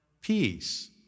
peace